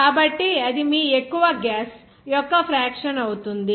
కాబట్టి అది మీ ఎక్కువ గ్యాస్ యొక్క ఫ్రాక్షన్ అవుతుంది